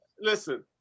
Listen